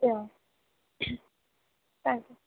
yeah thanks